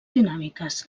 dinàmiques